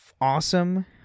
awesome